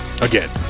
again